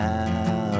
Now